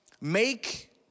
Make